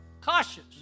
Cautious